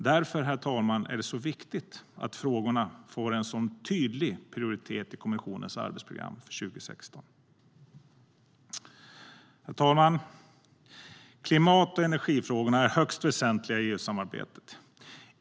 Därför, herr talman, är det viktigt att frågorna får en så tydlig prioritet i kommissionens arbetsprogram för 2016.Herr talman! Klimat och energifrågorna är högst väsentliga i EU-samarbetet.